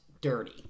dirty